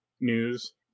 news